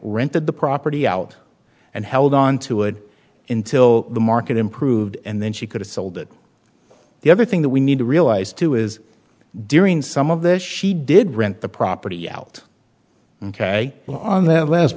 rented the property out and held on to would intil the market improved and then she could have sold it the other thing that we need to realize too is during some of this she did rent the property out ok on that last